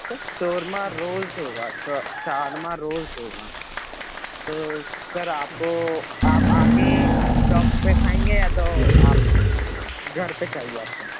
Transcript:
سر شورما رولس ہوگا شاورما رولس ہوگا تو سر آپ کو آپ آ کے شاپ پہ کھائیں گے یا تو آپ گھر پہ چاہیے آپ کو